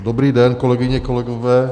Dobrý den, kolegyně, kolegové.